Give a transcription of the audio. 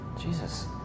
Jesus